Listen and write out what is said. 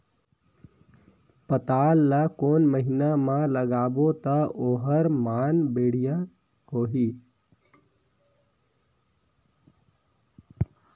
पातल ला कोन महीना मा लगाबो ता ओहार मान बेडिया होही?